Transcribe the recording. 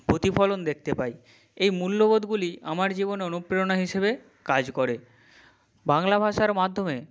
প্রতিফলন দেখতে পাই এই মূল্যবোধগুলি আমার জীবনে অনুপ্রেরণা হিসেবে কাজ করে বাংলা ভাষার মাধ্যমে